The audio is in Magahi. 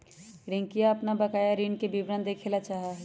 रियंका अपन बकाया ऋण के विवरण देखे ला चाहा हई